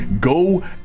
Go